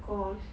gosh